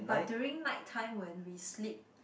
but during night time when we sleep